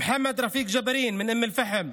מוחמד רפיק ג'בארין מאום אל-פחם,